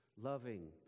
loving